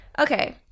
Okay